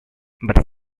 but